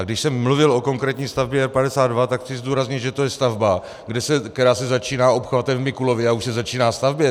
Když jsem mluvil o konkrétní stavbě R 52, tak chci zdůraznit, že to je stavba, která se začíná obchvatem v Mikulově a už se začíná stavět.